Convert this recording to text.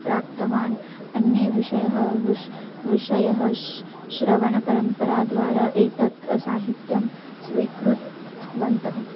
प्राप्तवान् अन्ये ऋषयः ऋषिः ऋषयः श् श्रवणपरम्पराद्वारा एतत् साहित्यं स्वीकृतवन्तः